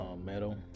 Metal